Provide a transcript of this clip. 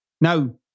Now